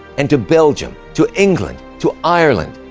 and to belgium, to england, to ireland,